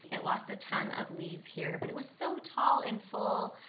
it lost a ton of leaves here but it was so tall and full.